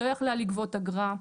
לא יכולה הייתה לגבות אגרה.